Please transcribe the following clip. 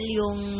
yung